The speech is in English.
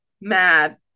mad